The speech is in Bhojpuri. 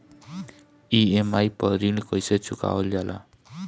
ई.एम.आई पर ऋण कईसे चुकाईल जाला?